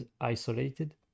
isolated